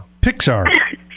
Pixar